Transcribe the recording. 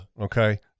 Okay